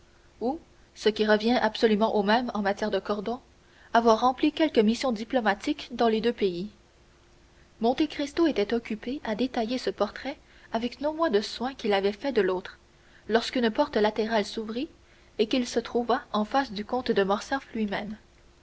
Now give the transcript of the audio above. ou ce qui revient absolument au même en matière de cordons avoir rempli quelque mission diplomatique dans les deux pays monte cristo était occupé à détailler ce portrait avec non moins de soin qu'il avait fait de l'autre lorsqu'une porte latérale s'ouvrit et qu'il se trouva en face du comte de morcerf lui-même